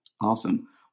Awesome